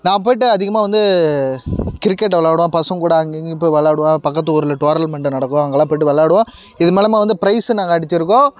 நான் போயிட்டு அதிகமாக வந்து கிரிக்கெட் விளாடுவேன் பசங்ககூட அங்கே இங்கேயும் போய் விளாடுவேன் பக்கத்து ஊரில் டோரலுமெண்ட்டு நடக்கும் அங்கெல்லாம் போயிட்டு விளாடுவேன் இது மூலமாக வந்து பிரைஸும் நாங்கள் அடித்திருக்கோம்